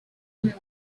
him